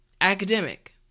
Academic